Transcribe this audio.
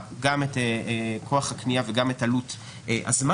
גם את כוח הקנייה וגם את עלות הזמן,